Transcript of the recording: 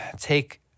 take